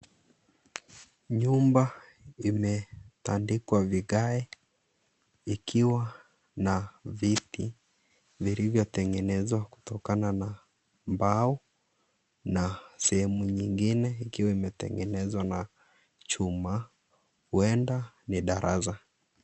Nyumba imetandikwa vigae ikiwa na viti viliyotengenezwa kutokana na mbao na sehemu nyingine ikiwa imetengenezwa na chuma, huenda ni darasa.